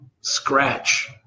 scratch